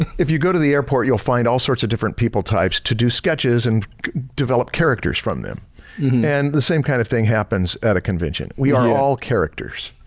if you go to the airport you'll find all sorts of different people types to do sketches and develop characters from them and the same kind of thing happens at a convention, we are all characters.